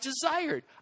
desired